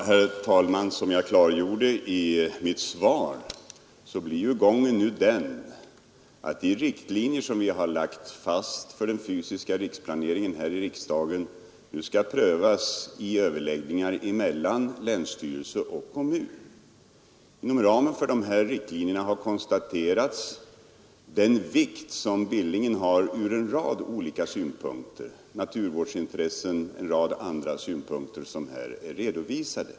Herr talman! Som jag klargjorde i mitt svar blir ju gången nu den att de riktlinjer som riksdagen har lagt fast för den fysiska riksplaneringen skall prövas vid överläggningar mellan länsstyrelse och kommun. Inom ramen för de här riktlinjerna har konstaterats den vikt som Billingen har ur en rad olika synpunkter — det är naturvårdsintressen och en rad andra synpunkter som är redovisade.